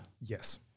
Yes